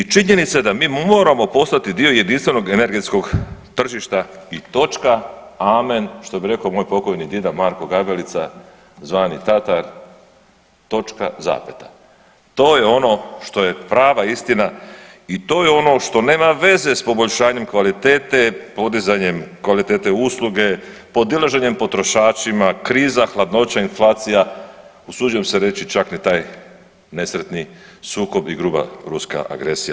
I činjenica je da mi moramo postati dio jedinstvenog energetskog tržišta i točka, amen što bi rekao moj pokojni dida Marko Gabelica zvani Tatar, točka … to je ono što je prava istina i to je ono što nema veze s poboljšanjem kvalitete, podizanjem kvalitete usluge, podilaženjem potrošačima, kriza, hladnoća, inflacija, usuđujem se čak ni taj nesretni sukob i gruba ruska agresija.